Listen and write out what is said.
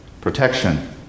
Protection